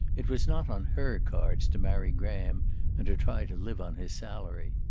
it was not on her cards to marry graham and to try to live on his salary.